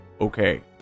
Okay